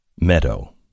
Meadow